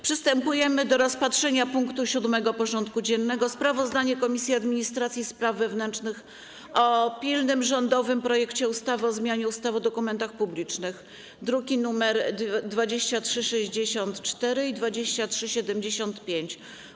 Przystępujemy do rozpatrzenia punktu 7. porządku dziennego: Sprawozdanie Komisji Administracji i Spraw Wewnętrznych o pilnym rządowym projekcie ustawy o zmianie ustawy o dokumentach publicznych (druki nr 2364 i 2375)